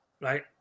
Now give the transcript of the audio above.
right